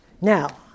Now